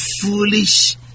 foolish